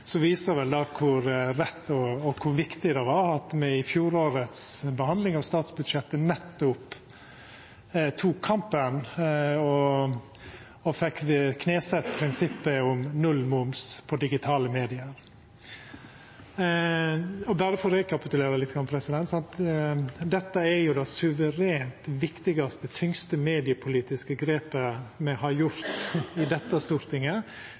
viser vel det kor rett og kor viktig det var at me i fjorårets behandling av statsbudsjettet nettopp tok kampen og fekk knesett prinsippet om nullmoms på digitale medium. Berre for å rekapitulera litt: Dette er det suverent viktigaste, tyngste mediepolitiske grepet me har gjort i dette Stortinget